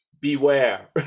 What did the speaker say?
beware